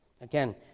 Again